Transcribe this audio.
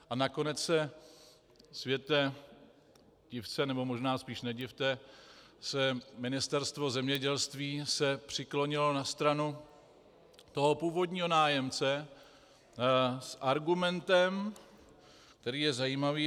A nakonec se, světe div se, nebo možná spíš nedivte, Ministerstvo zemědělství přiklonilo na stranu toho původního nájemce s argumentem, který je zajímavý.